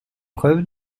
preuves